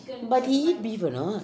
but he eat beef or not